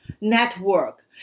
network